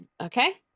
Okay